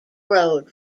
road